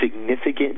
significant